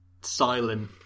silent